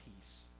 peace